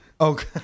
Okay